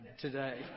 today